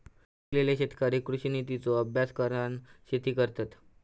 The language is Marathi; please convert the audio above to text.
शिकलेले शेतकरी कृषि नितींचो अभ्यास करान शेती करतत